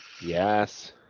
Yes